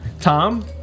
Tom